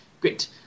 Great